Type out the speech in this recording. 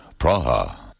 Praha